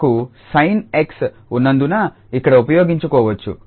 మనకు sin𝑥 ఉన్నందున ఇక్కడ ఉపయోగించుకోవచ్చు